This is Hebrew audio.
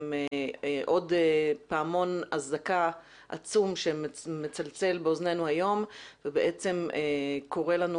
הן עוד פעמון אזעקה עצום שמצלצל באוזנינו היום ובעצם קורא לנו